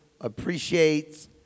appreciates